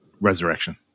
resurrection